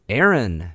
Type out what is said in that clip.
Aaron